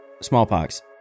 Smallpox